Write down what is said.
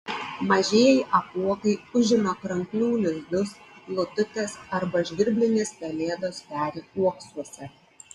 mažieji apuokai užima kranklių lizdus lututės arba žvirblinės pelėdos peri uoksuose